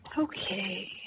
Okay